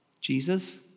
Jesus